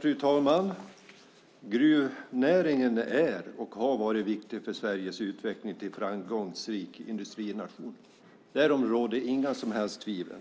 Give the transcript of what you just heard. Fru talman! Gruvnäringen har varit och är viktig för Sveriges utveckling till framgångsrik industrination. Därom råder inga som helst tvivel.